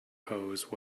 hose